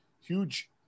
huge